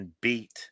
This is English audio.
beat